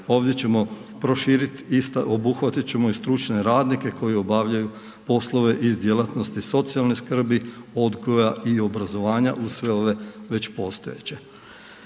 ovdje ćemo proširiti ista, obuhvatiti ćemo i stručne radnike koji obavljaju poslove iz djelatnosti socijalne skrbi, odgoja i obrazovanja uz sve ove već postojeće.